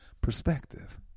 perspective